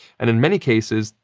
and in many cases,